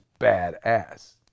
badass